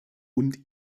und